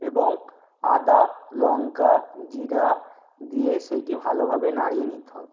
এবং আদা লঙ্কা জিরা দিয়ে সেটি ভালোভাবে নাড়িয়ে নিতে হবে